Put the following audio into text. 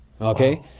Okay